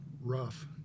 rough